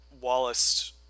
Wallace